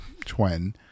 twin